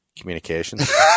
communications